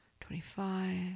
twenty-five